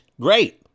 great